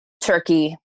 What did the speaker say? turkey